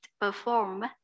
perform